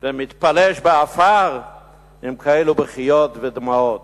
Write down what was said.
ומתפלש בעפר עם כאלו בכיות ודמעות.